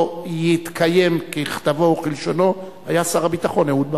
יתקיים ככתבו וכלשונו היה שר הביטחון אהוד ברק.